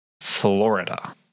Florida